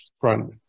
front